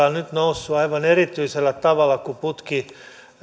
ovat nousseet aivan erityisellä tavalla kun